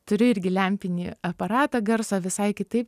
turiu irgi lempinį aparatą garso visai kitaip